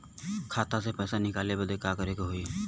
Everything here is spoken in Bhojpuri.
खाता से पैसा निकाले बदे का करे के होई?